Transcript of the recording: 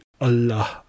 allah